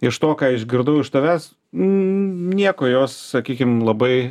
iš to ką išgirdau iš tavęs nieko jos sakykim labai